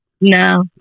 no